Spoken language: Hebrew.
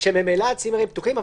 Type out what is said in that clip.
וממילא הצימרים פתוחים,